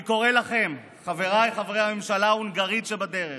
אני קורא לכם, חבריי חברי הממשלה ההונגרית שבדרך,